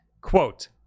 Quote